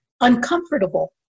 uncomfortable